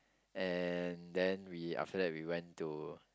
and then we after that we went to